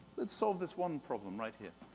let's solve this one problem right here.